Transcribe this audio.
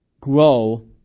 grow